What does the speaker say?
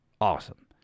awesome